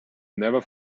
never